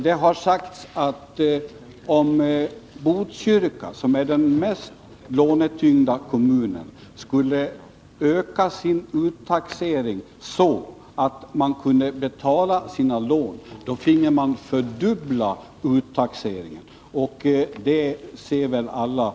Det har sagts att om Botkyrka, som är den mest lånetyngda Nr 28 kommunen, skulle öka sin uttaxering så att kommunen kunde betala sina lån, Onsdagen den finge den fördubbla uttaxeringen. Alla inser att detta är omöjligt.